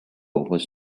was